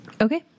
Okay